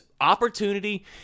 opportunity